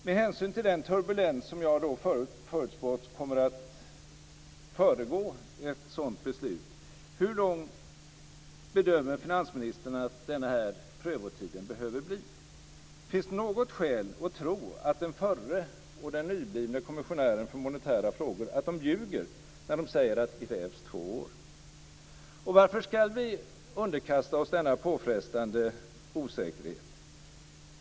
Med hänsyn till den turbulens som jag förutspått kommer att föregå ett sådant beslut, hur lång bedömer finansministern att prövotiden behöver bli? Finns det något skäl att tro att den förre och nyblivne kommissionären för monetära frågor ljuger när de säger: Minst två år? Varför ska vi underkasta oss denna påfrestande osäkerhet?